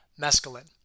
mescaline